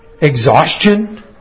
exhaustion